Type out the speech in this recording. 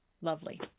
lovely